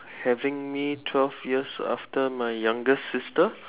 having me twelve years after my youngest sister